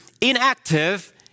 inactive